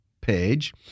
page